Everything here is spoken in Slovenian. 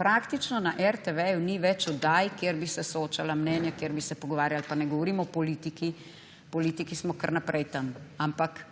Praktično na RTV ni več oddaj, kjer bi se soočala mnenja, kjer bi se pogovarjali. Pa ne govorim o politiki, politiki smo kar naprej tam, ampak